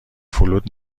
فلوت